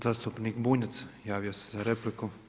Zastupnik Bunjac javio se za repliku.